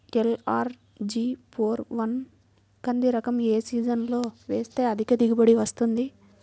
LRG four one కంది రకం ఏ సీజన్లో వేస్తె అధిక దిగుబడి వస్తుంది?